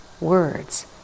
words